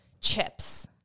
chips